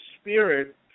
spirit